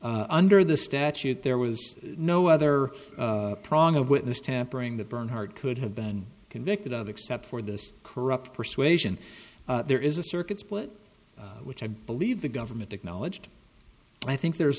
tampering under the statute there was no other prong of witness tampering that bernhardt could have been convicted of except for this corrupt persuasion there is a circuit split which i believe the government acknowledged i think there's